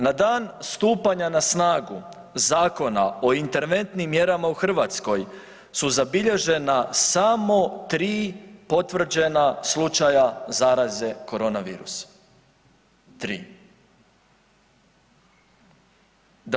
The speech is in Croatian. Na dan stupanja na snagu Zakona o interventnim mjerama u Hrvatskoj su zabilježena samo tri potvrđena slučaja zaraze korona virusom, tri.